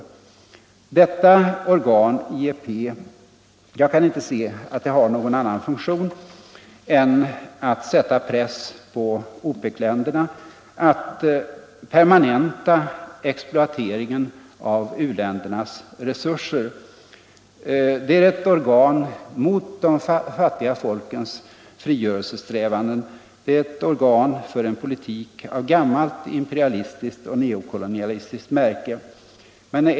Jag kan inte se att detta organ — IEP —-= rande arabstaterna, har någon annan funktion än att sätta press på OPEC-länderna, att per = m.m. manenta exploateringen av u-ländernas resurser. Det är ett organ mot de fattiga folkens frigörelsesträvanden. Det är ett organ för en politik av gammalt imperialistiskt och neokolonialistiskt märke.